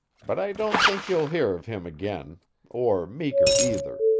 but i don't think you'll hear of him again or meeker either.